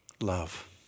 Love